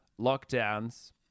lockdowns